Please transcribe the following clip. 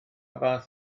fath